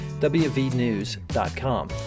wvnews.com